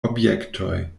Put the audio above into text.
objektoj